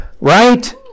right